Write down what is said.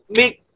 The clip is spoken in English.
make